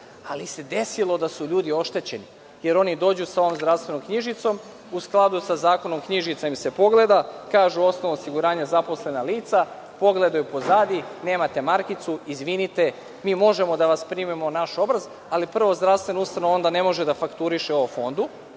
ali se desilo da su ljudi oštećeni, jer oni dođu sa ovom zdravstvenom knjižicom u skladu sa zakonom knjižica im se pogleda, kažu osnova osiguranja – zaposlena lica, pogledaju pozadi nemate markicu, izvinite mi možemo da vas primimo na naš obraz, ali prva zdravstvena ustanova onda ne može da fakturiše ovo Fondu